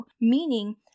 meaning